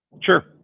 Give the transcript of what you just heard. Sure